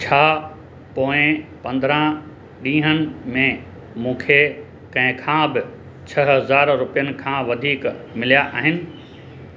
छा पोएं पंदराहं ॾींहंनि में मूंखे कंहिं खां बि छह हज़ार रुपियनि खां वधीक मिलिया आहिनि